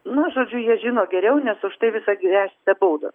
nu žodžiu jie žino geriau nes už tai visa gresia baudos